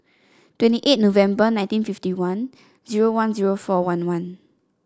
twenty eight November nineteen fifty one zero one zero four one one